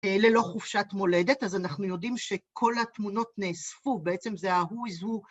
ללא חופשת מולדת, אז אנחנו יודעים שכל התמונות נאספו, בעצם זה ההוא זו...